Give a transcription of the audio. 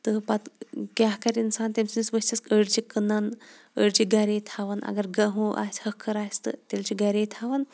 تہٕ پَتہٕ کیٛاہ کَرٕ اِنسان تٔمۍ سٕنٛدِس ؤژھِس أڈۍ چھِ کٕنان أڈۍ چھِ گَرے تھاوان اَگَر گہوٗ آسہِ ہَکھٕر آسہِ تہٕ تیٚلہِ چھِ گَرے تھاوان